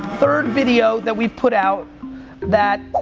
third video that we've put out that,